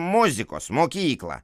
muzikos mokyklą